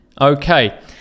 okay